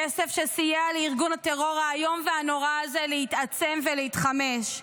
כסף שסייע לארגון הטרור האיום והנורא הזה להתעצם ולהתחמש,